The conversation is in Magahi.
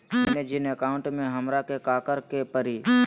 मैंने जिन अकाउंट में हमरा के काकड़ के परी?